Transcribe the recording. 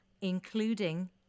including